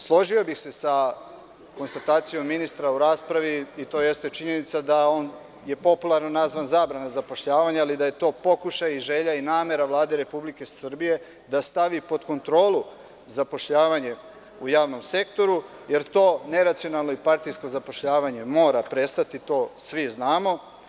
Složio bih se sa konstatacijomministra u raspravi, i to jeste činjenica da on je popularno nazvan – zabrana zapošljavanja, ali da je to pokušaj, želja i namera Vlade Republike Srbije da stavi pod kontrolu zapošljavanje u javnom sektoru jer to neracionalno i partijsko zapošljavanje mora prestati, to svi znamo.